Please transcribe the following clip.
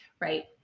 Right